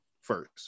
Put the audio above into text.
first